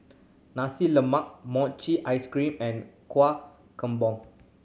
Nasi Lemak mochi ice cream and kuah kembon